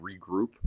regroup